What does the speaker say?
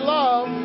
love